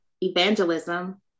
evangelism